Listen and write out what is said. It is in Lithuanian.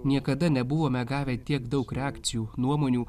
niekada nebuvome gavę tiek daug reakcijų nuomonių